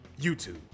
youtube